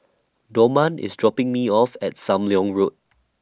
Dorman IS dropping Me off At SAM Leong Road